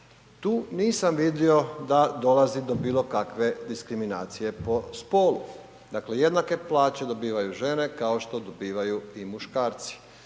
Tu nisam vidio da dolazi do bilo kakve diskriminacije po spolu, dakle jednake plaće dobivaju žene kao što dobivaju i muškarci.